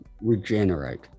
regenerate